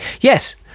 Yes